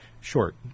short